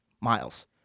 Miles